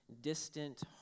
distant